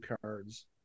cards